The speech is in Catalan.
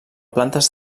plantes